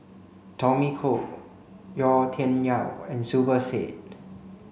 Tommy Koh Yau Tian Yau and Zubir Said